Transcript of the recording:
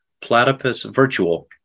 platypusvirtual